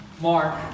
Mark